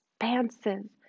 expansive